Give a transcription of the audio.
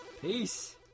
Peace